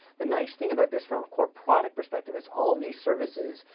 the nice thing about this, from a core product perspective, is all these services,